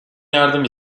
yardım